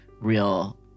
real